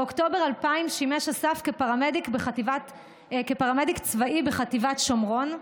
באוקטובר 2000 שימש אסף פרמדיק צבאי בחטיבת שומרון.